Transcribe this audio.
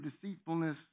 deceitfulness